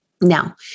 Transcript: Now